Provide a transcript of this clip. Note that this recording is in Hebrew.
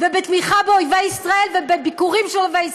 ובתמיכה באויבי ישראל ובביקורים של אויבי ישראל.